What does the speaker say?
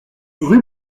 rue